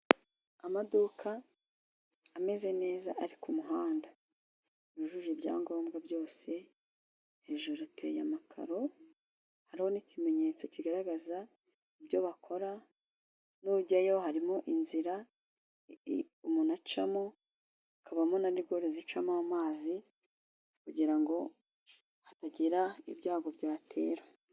Amaduka ameze neza ari ku muhanda, yujuje ibyangombwa byose hejuru ateye amakaro. Hariho n'ikimenyetso kigaragaza ibyo bakora. Nujyayo harimo inzira umuntu acamo hakabamo na rigore zicamo amazi, kugira ngo hatagira ibyago byatera.